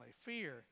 Fear